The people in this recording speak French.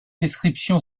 description